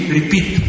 repeat